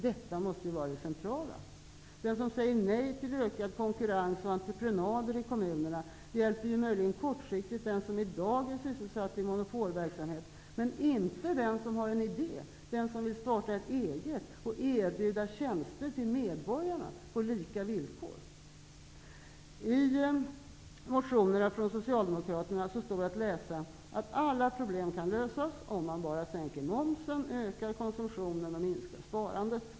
Detta måste ju vara det centrala. Den som säger nej till ökad konkurrens och entreprenader i kommunerna hjälper möjligen kortsiktigt den som i dag är sysselsatt i monopolverksamhet men inte den som har en idé och som vill starta eget och erbjuda tjänster till medborgarna på lika villkor. I motionerna från Socialdemokraterna står att läsa att alla problem kan lösas om man bara sänker momsen, ökar konsumtionen och minskar sparandet.